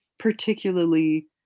Particularly